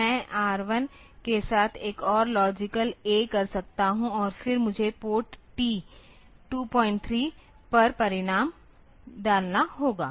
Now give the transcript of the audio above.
इसलिए मैं R 1 के साथ एक और लॉजिकल A कर सकता हूं और फिर मुझे पोर्ट टी 23 पर परिणाम डालना होगा